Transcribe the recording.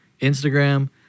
instagram